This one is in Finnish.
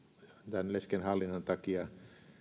tämän lesken hallinnan takia